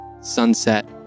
sunset